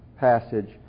passage